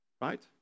right